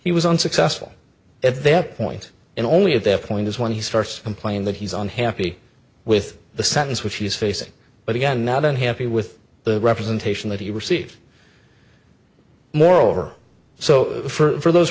he was unsuccessful at that point in only at that point is when he starts complaining that he's unhappy with the sentence which he's facing but again not unhappy with the representation that he received moreover so for those